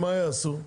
מה יעשו?